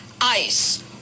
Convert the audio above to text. ICE